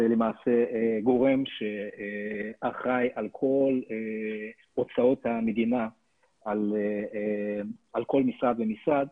זה גורם שאחראי על כל הוצאות המדינה על כל משרד ומשרד,